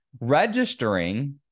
Registering